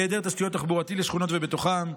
היעדר תשתית תחבורתית לשכונות ובתוכן,